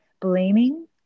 blaming